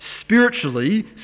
spiritually